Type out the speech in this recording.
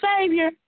savior